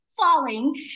falling